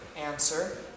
answer